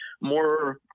more